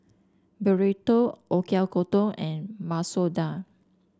Burrito Oyakodon and Masoor Dal